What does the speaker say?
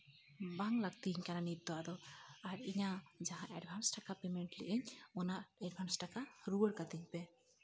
ᱵᱟᱝ ᱞᱟᱹᱠᱛᱤᱭᱤᱧ ᱠᱟᱱᱟ ᱱᱤᱛ ᱫᱚ ᱟᱫᱚ ᱟᱨ ᱤᱧᱟ ᱜ ᱡᱟᱦᱟᱸ ᱮᱰᱵᱷᱟᱱᱥ ᱴᱟᱠᱟ ᱯᱮᱢᱮᱱᱴ ᱞᱮᱜ ᱟᱹᱧ ᱚᱱᱟ ᱮᱰᱵᱷᱟᱱᱥ ᱴᱟᱠᱟ ᱨᱩᱣᱟᱹᱲ ᱠᱟᱹᱛᱤᱧ ᱯᱮ